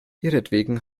ihretwegen